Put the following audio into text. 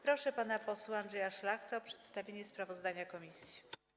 Proszę pana posła Andrzeja Szlachtę o przedstawienie sprawozdania komisji.